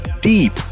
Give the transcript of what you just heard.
deep